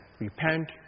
repent